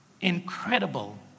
incredible